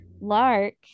Lark